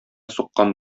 суккан